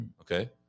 okay